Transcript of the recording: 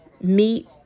meat